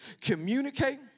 communicate